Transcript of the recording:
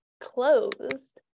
closed